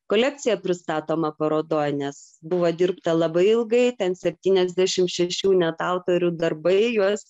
kolekciją pristatomą parodoj nes buvo dirbta labai ilgai ten septyniasdešim šešių net autorių darbai juos